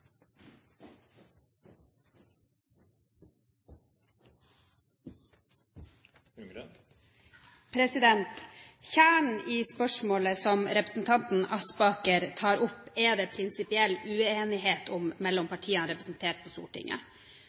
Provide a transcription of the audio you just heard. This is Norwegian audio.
tildelt. Kjernen i det spørsmålet som representanten Aspaker tar opp, er det prinsipiell uenighet om mellom partiene representert på Stortinget: